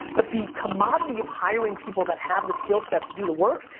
but the commodity of hiring people that have the skill set to do the work,